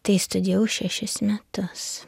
tai studijavau šešis metus